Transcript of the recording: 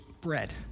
bread